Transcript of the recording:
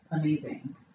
amazing